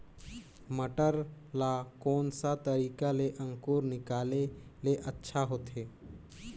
मटर ला कोन सा तरीका ले अंकुर निकाले ले अच्छा होथे?